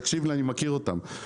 תקשיב לי אני מכיר אותם,